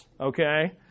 okay